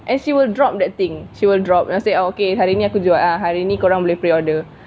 and she will drop that thing she will drop and say okay hari ni aku jual hari ni korang boleh pre-order